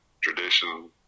tradition